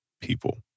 people